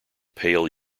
pale